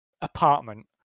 apartment